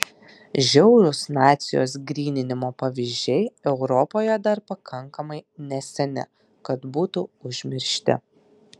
žiaurūs nacijos gryninimo pavyzdžiai europoje dar pakankamai neseni kad būtų užmiršti